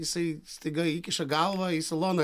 jisai staiga įkiša galvą į saloną